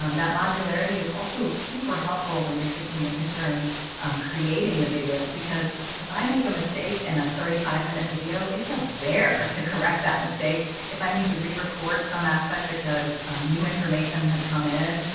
um that modularity is also super helpful when you're when you're considering um creating the videos. because if i make a mistake and a thirty five minute video, it's a bear to correct that mistake if i need to rerecord some aspect, because new information has come in.